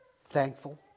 thankful